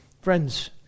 friends